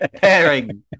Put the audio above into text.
pairing